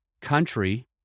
country